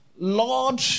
Lord